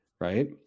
right